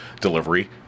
delivery